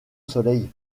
soleil